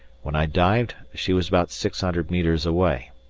when i dived she was about six hundred metres away.